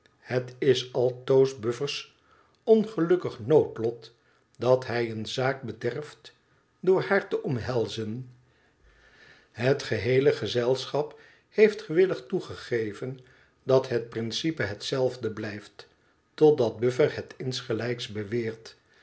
het is altoos buffer's ongelukkig noodlot dat hij eene zaak bederft door haar te omhelzen het geheele gezelschap heeft gewillig toegegeven dat het principe hetzelfde blijft totdat buffer het insgelijks beweert